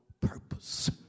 purpose